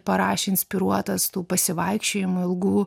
parašė inspiruotas tų pasivaikščiojimų ilgų